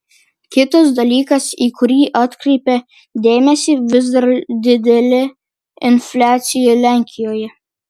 kitas dalykas į kurį atkreipia dėmesį vis dar didelė infliacija lenkijoje